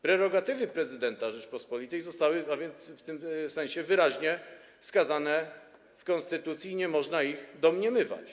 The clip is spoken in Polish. Prerogatywy prezydenta Rzeczypospolitej zostały w tym sensie wyraźnie wskazane w konstytucji i nie można ich domniemywać.